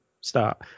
start